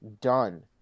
done